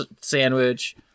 sandwich